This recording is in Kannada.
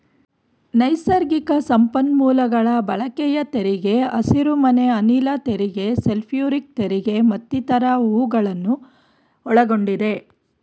ನೈಸರ್ಗಿಕ ಸಂಪನ್ಮೂಲಗಳ ಬಳಕೆಯ ತೆರಿಗೆ, ಹಸಿರುಮನೆ ಅನಿಲ ತೆರಿಗೆ, ಸಲ್ಫ್ಯೂರಿಕ್ ತೆರಿಗೆ ಮತ್ತಿತರ ಹೂಗಳನ್ನು ಒಳಗೊಂಡಿದೆ